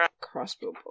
Crossbow